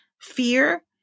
fear